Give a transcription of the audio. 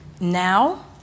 now